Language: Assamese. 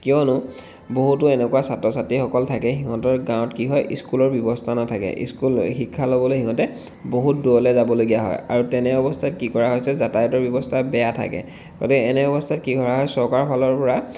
কিয়নো বহুতো এনেকুৱা ছাত্ৰ ছাত্ৰীসকল থাকে সিহঁতৰ গাঁৱত কি হয় স্কুলৰ ব্যৱস্থা নাথাকে স্কুল শিক্ষা ল'বলৈ সিহঁতে বহুত দূৰলৈ যাবলগীয়া হয় আৰু তেনে অৱস্থাত কি কৰা হৈছে যাতায়াতৰ ব্যৱস্থা বেয়া থাকে গতিকে এনে অৱস্থাত কি কৰা হয় চৰকাৰৰ ফালৰ পৰা